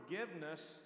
forgiveness